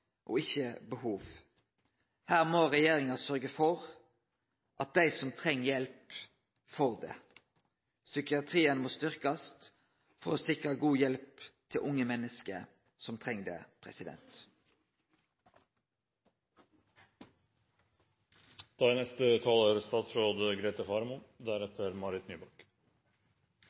ikkje på grunnlag av behov. Her må regjeringa sørgje for at dei som treng hjelp, får det. Psykiatrien må styrkast for å sikre god hjelp til unge menneske som treng det.